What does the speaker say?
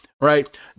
right